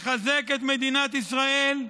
לחזק את מדינת ישראל.